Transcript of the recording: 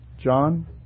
John